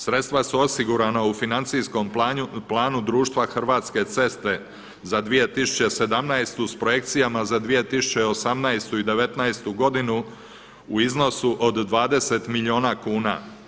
Sredstva su osigurana au financijskom planu društva Hrvatske ceste za 2017. s projekcijama za 2018. i devetnaestu godinu u iznosu od 20 milijuna kuna.